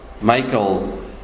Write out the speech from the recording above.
Michael